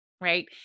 right